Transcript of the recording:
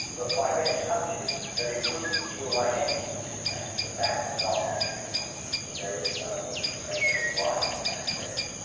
but my best hunch is that it wouldn't feel like anything to be a bat, that bats are not actually conscious, that there is no mental life in that sense.